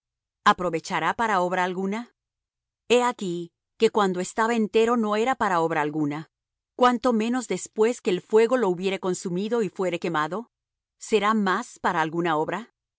aprovechará para obra alguna he aquí que cuando estaba entero no era para obra alguna cuánto menos después que el fuego lo hubiere consumido y fuere quemado será más para alguna obra